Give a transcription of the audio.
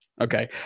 okay